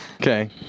Okay